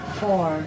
four